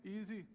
easy